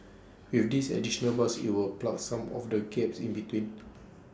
with this additional bus IT will plug some of the gaps in between